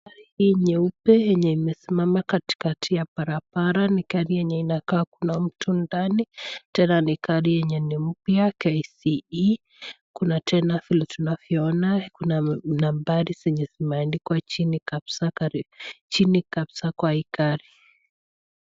Gari hii nyeupe yenye imesimama katikati ya barabara ni gari yenye inakaa kuna mtu ndani tena ni gari yenye ni mpya KCE . Kuna tena vile tunavyoona kuna nambari zenye zimeandikwa chini kabisa kwa hii gari.